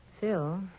Phil